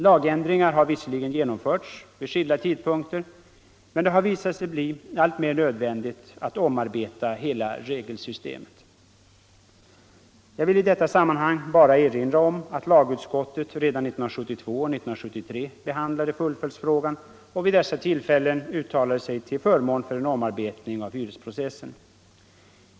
Lagändringar har visserligen genomförts vid skilda tidpunkter, men det har visat sig bli alltmer nödvändigt att omarbeta hela regelsystemet. Jag vill i detta sammanhang bara erinra om att lagutskottet redan 1972 och 1973 behandlade fullföljdsfrågan och vid dessa tillfällen uttalade sig till förmån för en omarbetning av hyresprocessen.